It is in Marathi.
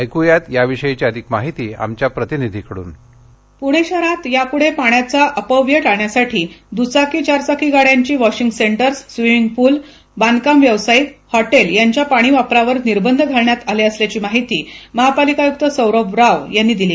ऐक्यात या विषयीची अधिक माहिती आमच्या प्रतिनिधीकडून पुणे शहरात यापुढे पाण्याचा अपव्यय टाळण्यासाठी द्चाकी चारचाकी गाड्यांची वॉशिंग सेंटरस स्विमिंग पूल बांधकाम व्यावसायिक हॉटेल याच्या पाणी वापरावर निर्बंध घालण्यात आले असल्याची माहिती महापालिका आयुक्त सौरभ राव यांनी दिली